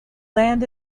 land